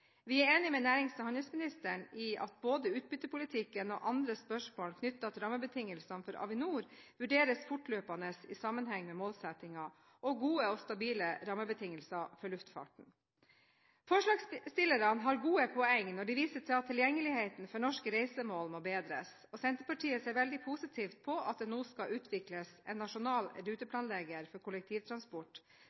Vi er enig med nærings- og handelsministeren i at både utbyttepolitikken og andre spørsmål knyttet til rammebetingelsene for Avinor vurderes fortløpende i sammenheng med målsettingen, og gode og stabile rammebetingelser for luftfarten. Forslagstillerne har gode poeng når de viser til at tilgjengeligheten for norske reisemål må bedres. Senterpartiet ser veldig positivt på at det nå skal utvikles en nasjonal ruteplanlegger for kollektivtransport,